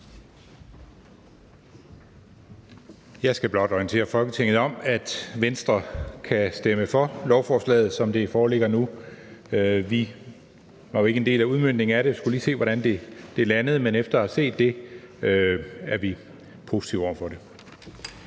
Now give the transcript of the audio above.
Jeg skal blot orientere Folketinget om, at Venstre kan stemme for lovforslaget, som det foreligger nu. Vi var jo ikke en del af udmøntningen af det, men skulle lige se, hvordan det landede. Men efter at have set det er vi positive over for det.